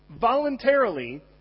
voluntarily